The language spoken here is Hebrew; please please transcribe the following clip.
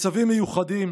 בצווים מיוחדים,